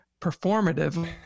performative